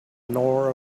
nora